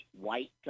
white